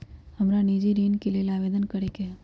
हमरा निजी ऋण के लेल आवेदन करै के हए